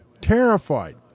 Terrified